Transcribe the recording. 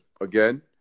again